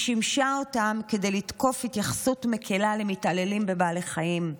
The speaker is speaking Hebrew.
היא שימשה אותם כדי לתקוף התייחסות מקילה למתעללים בבעלי חיים,